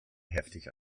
heftig